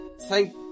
thank